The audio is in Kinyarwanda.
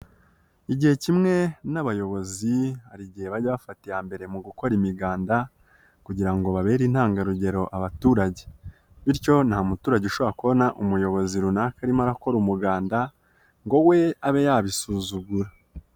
Igihe kimwe n'abayobozi hari igihe ba bafata iya mbere mu gukora imiganda kugira ngo babere intangarugero abaturage, bityo nta muturage ushobora kubona umuyobozi runaka arimo arakora umuganda ngo we abe yabisuzugura.